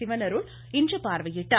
சிவனருள் இன்று பார்வையிட்டார்